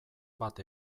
bat